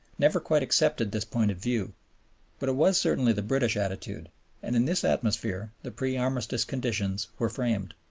never quite accepted this point of view but it was certainly the british attitude and in this atmosphere the pre-armistice conditions were framed.